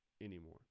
anymore